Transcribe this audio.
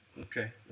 Okay